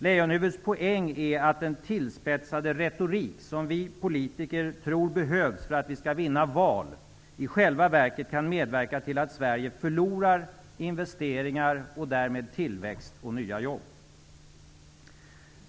Leijonhuvuds poäng är att den tillspetsade retorik som vi politiker tror behövs för att vi skall vinna val i själva verket kan medverka till att Sverige förlorar investeringar och därmed tillväxt och nya jobb.